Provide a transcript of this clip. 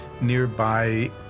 nearby